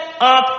up